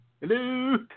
hello